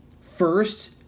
First